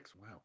wow